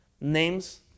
names